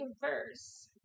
verse